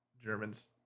Germans